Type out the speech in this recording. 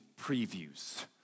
previews